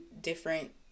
different